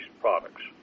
products